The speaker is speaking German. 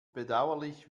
bedauerlich